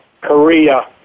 Korea